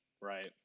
right